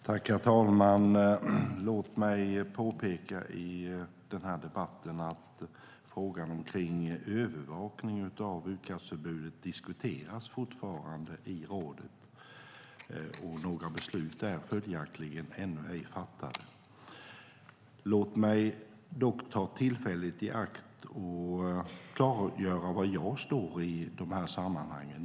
Herr talman! Låt mig påpeka i den här debatten att frågan om övervakning av utkastförbudet fortfarande diskuteras i rådet. Några beslut är följaktligen ännu ej fattade. Låt mig dock ta tillfället i akt att klargöra var jag står i de här sammanhangen.